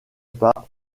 pas